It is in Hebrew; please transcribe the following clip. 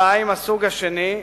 הסוג השני,